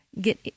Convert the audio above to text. get